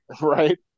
Right